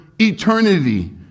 eternity